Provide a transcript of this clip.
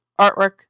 artwork